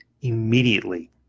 immediately